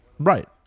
Right